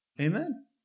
Amen